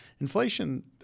Inflation